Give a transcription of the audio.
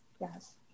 yes